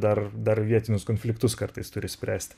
dar dar vietinius konfliktus kartais turi spręsti